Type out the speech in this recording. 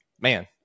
man